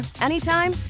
anytime